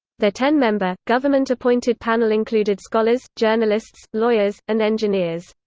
the ten member, government-appointed panel included scholars, journalists, lawyers, and engineers.